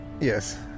Yes